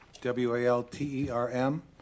W-A-L-T-E-R-M